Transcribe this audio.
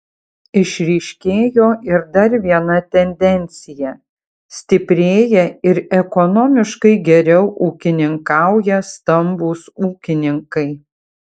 išryškėjo ir dar viena tendencija stiprėja ir ekonomiškai geriau ūkininkauja stambūs ūkininkai